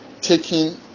taking